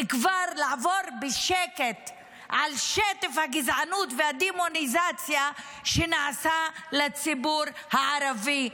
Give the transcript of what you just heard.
כבר לעבור בשקט על שטף הגזענות והדמוניזציה שנעשה לציבור הערבי.